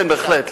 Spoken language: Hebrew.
כן, בהחלט.